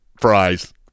fries